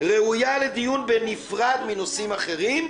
" ראויה לדיון בנפרד מנושאים אחרים,